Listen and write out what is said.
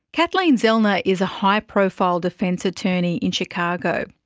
kathleen zellner is a high profile defence attorney in chicago.